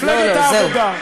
לא לא, זהו.